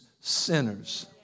sinners